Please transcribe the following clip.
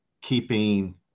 keeping